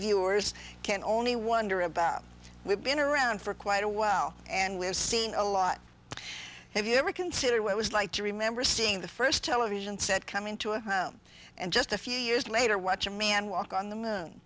viewers can only wonder about we've been around for quite a while and we have seen a lot have you ever consider what it was like to remember seeing the first television set coming to a home and just a few years later watch a man walk on the moon